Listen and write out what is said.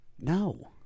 No